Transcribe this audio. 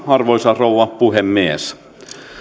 arvoisa rouva puhemies